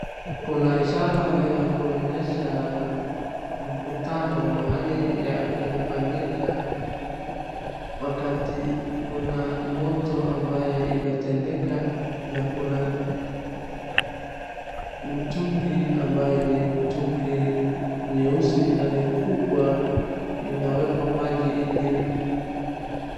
Kuna ishara ya kuonyesha mkutano mahali inafanyika wakati kuna moto ambayo imetendeka na kuna mtungi ambayo ni mtungi yweusi na ni kubwa inawekwa maji ili.